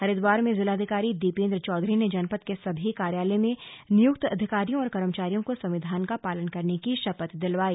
हरिद्वार में जिलाधिकारी दीपेंद्र चौधरी ने जनपद के सभी कार्यालय में नियुक्त अधिकारियों और कर्मचारियों को संविधान का पालन करने की शपथ दिलवाई